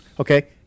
Okay